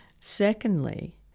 Secondly